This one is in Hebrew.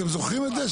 אתם זוכרים את זה?